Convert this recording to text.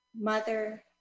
mother